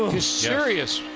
is serious.